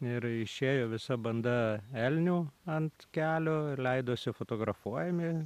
ir išėjo visa banda elnių ant kelio ir leidosi fotografuojami